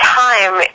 time